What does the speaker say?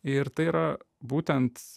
ir tai yra būtent